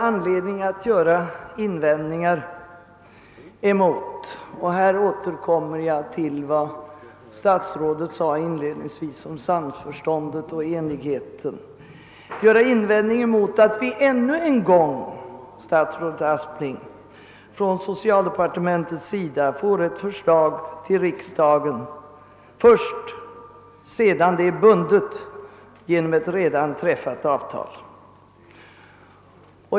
Men här återkommer jag till vad statsrådet sade inledningsvis om samförstånd och enighet. Vi har anledning att göra invändningar mot att riksdagen ännu en gång från socialdepartementet får ett förslag först sedan det bundits genom ett redan träffat avtal.